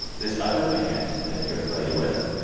this other band that you're affiliated with,